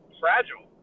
fragile